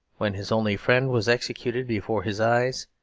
when his only friend was executed before his eyes,